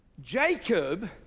Jacob